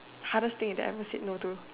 hardest thing that you've ever said no to